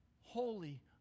holy